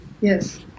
Yes